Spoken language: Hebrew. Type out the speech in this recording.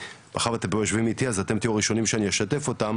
מאחר ואתם פה יושבים איתי אז אני אשתף אתכם.